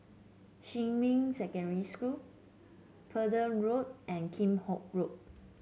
Xinmin Secondary School Pender Road and Kheam Hock Road